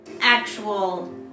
actual